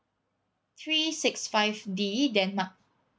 three six five D denmark